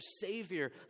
savior